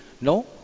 No